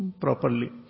properly